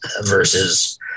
versus